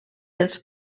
els